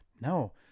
no